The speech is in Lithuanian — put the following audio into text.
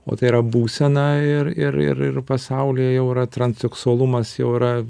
o tai yra būsena ir ir ir ir pasaulyje jau yra transseksualumas jau yra